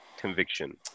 conviction